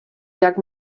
llac